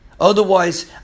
Otherwise